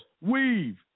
weave